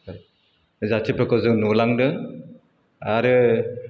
जातिफोरखौ जों नुलांदों आरो